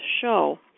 show